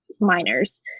minors